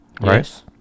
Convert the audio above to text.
Yes